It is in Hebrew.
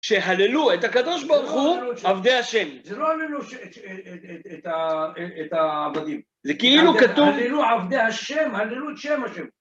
שהללו את הקדוש ברוך הוא, עבדי השם. זה לא הללו את העבדים. זה כאילו כתוב... הללו עבדי השם, הללו את שם השם.